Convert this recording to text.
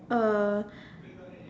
uh